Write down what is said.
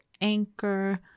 anchor